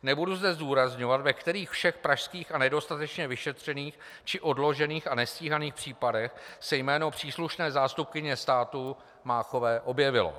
Nebudu zde zdůrazňovat, ve kterých všech pražských a nedostatečně vyšetřených či odložených a nestíhaných případech se jméno příslušné zástupkyně státu Máchové objevilo.